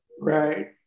Right